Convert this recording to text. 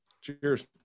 Cheers